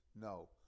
no